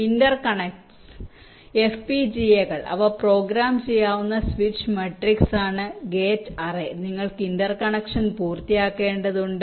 interconnects FPGA കൾ അവ program ചെയ്യാവുന്ന സ്വിച്ച് മാട്രിക്സ് ആണ് ഗേറ്റ് അറേ നിങ്ങൾ ഇന്റർ കണക്ഷൻ പൂർത്തിയാക്കേണ്ടതുണ്ട്